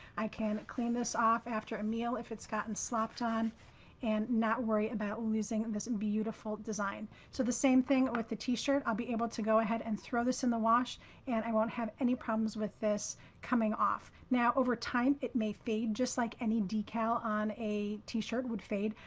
i can clean this off after a meal if it's gotten slopped on and not worry about losing this and beautiful design. so the same thing with the t-shirt, i'll be able to go ahead and throw this in the wash and i won't have any problems with this coming off. now, over time, it may fade just like any detail on a t-shirt would fade.